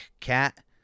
Cat